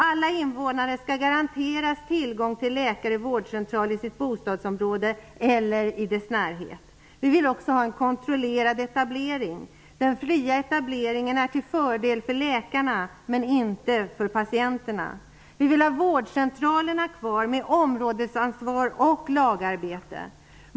Alla invånare skall garanteras tillgång till läkare/vårdcentral i sitt bostadsområde eller i dess närhet. Vi vill också ha en kontrollerad etablering. Den fria etableringen är till fördel för läkarna, inte för patienterna. Vi vill också ha kvar vårdcentralerna, med områdesansvar och lagarbete.